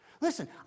Listen